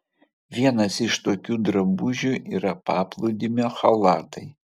vienas iš tokių drabužių yra paplūdimio chalatai